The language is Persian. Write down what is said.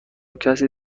کسی